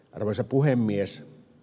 arvoisa puhemies